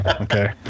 Okay